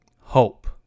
hope